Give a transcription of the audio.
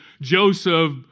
Joseph